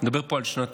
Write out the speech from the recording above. אני מדבר פה על שנתיים,